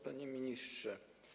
Panie Ministrze!